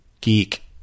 geek